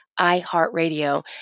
iHeartRadio